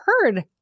heard